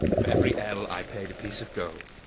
for every ell i paid a piece of gold.